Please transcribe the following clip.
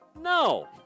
No